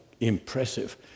impressive